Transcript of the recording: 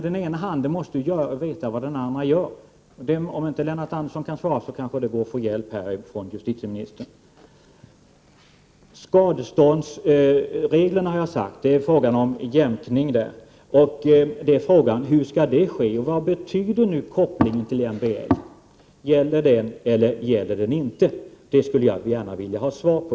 Den ena handen måste ju veta vad den andra gör. Om Lennart Andersson inte kan svara på den frågan kanske han kan få hjälp av justitieministern. När det gäller skadeståndsreglerna har jag sagt att det är fråga om en jämkning. Frågan är hur denna jämkning skall ske. Och vad betyder kopplingen till MBL? Gäller den eller gäller den inte? Det skulle jag gärna vilja ha ett svar på.